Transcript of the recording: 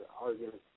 arguments